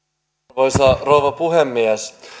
arvoisa rouva puhemies